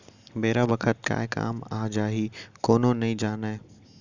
बेरा बखत काय काम आ जाही कोनो नइ जानय